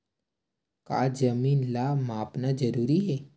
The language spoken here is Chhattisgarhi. का जमीन ला मापना जरूरी हे?